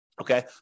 okay